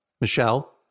Michelle